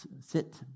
sit